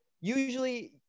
usually